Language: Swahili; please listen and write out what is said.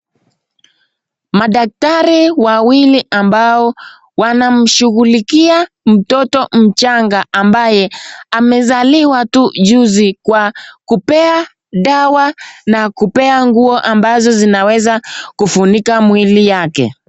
Madaktari wawili ambao wanashughulikia mtoto mchanga ambaye amezaliwa tu juzi, kwa kupea dawa na kupea nguo ambazo zinaweza kufunika mwili yake.